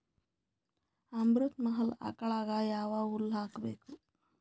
ಅಮೃತ ಮಹಲ್ ಆಕಳಗ ಯಾವ ಹುಲ್ಲು ಹಾಕಬೇಕು?